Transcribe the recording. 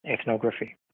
ethnography